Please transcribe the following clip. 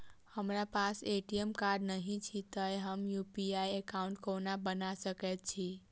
हमरा पास ATM card नहि अछि तए हम यु.पी.आई एकॉउन्ट कोना बना सकैत छी